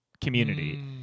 community